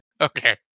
Okay